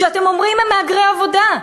שאתם שאומרים שהם מהגרי עבודה: